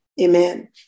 Amen